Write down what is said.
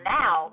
now